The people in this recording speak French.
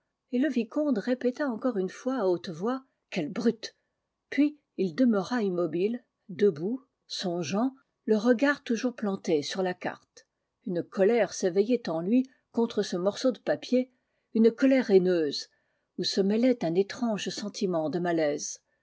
et le vicomte répéta encore une fois à haute voix quelle brute puis il demeura immobile debout songeant le regard toujours planté sur la carte une colère s'éveillait en lui contre ce morceau de papier une colère haineuse où se mêlait un étrange sentiment de malaise